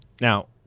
Now